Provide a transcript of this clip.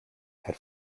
had